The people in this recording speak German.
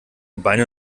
beine